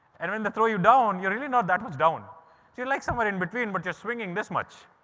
and when the throw you down, you really know that was down to you like somewhere in between, but you're swinging this much.